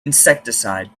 insecticide